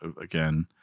again